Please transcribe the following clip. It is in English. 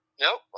Nope